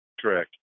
Correct